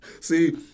See